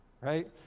Right